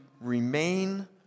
remain